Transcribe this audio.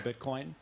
Bitcoin